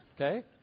Okay